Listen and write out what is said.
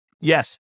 yes